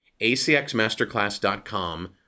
acxmasterclass.com